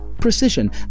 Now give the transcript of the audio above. Precision